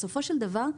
בסופו של דבר,